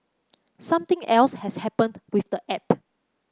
something else has happened with the app